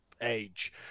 age